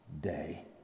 day